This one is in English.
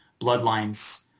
bloodlines